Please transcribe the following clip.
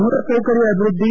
ಮೂಲಸೌಕರ್ಯ ಅಭಿವೃದ್ದಿ